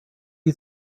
you